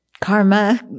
karma